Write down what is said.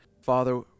Father